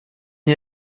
dir